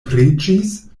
preĝis